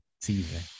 season